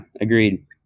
agreed